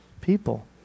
people